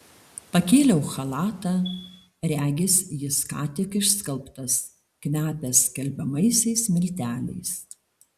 pakėliau chalatą regis jis ką tik išskalbtas kvepia skalbiamaisiais milteliais